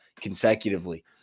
consecutively